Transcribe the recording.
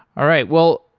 all right. well,